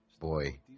Boy